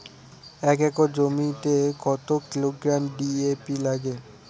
এক একর জমিতে কত কিলোগ্রাম ডি.এ.পি লাগে?